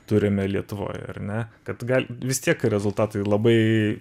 turime lietuvoj ar ne kad gal vis tiek rezultatai labai